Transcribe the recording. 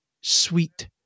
sweet